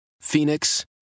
Phoenix